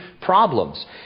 problems